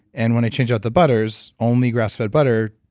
and when i changed out the butters, only grass-fed butter